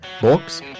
books